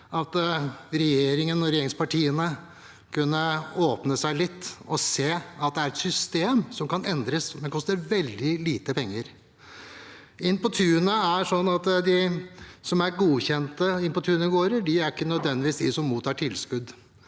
at regjeringen og regjeringspartiene kunne åpne seg litt og se at det er et system som kan endres, men det koster veldig lite penger. De som er godkjente Inn på tunet-gårder, er ikke nødvendigvis de som mottar tilskudd.